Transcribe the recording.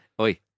Oi